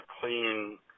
clean